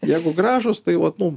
jeigu gražūs tai vat nu